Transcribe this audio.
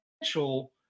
potential